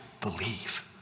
believe